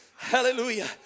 Hallelujah